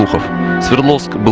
of sverdlovsk but